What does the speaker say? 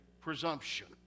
presumption